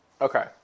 Okay